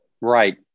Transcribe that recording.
Right